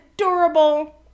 adorable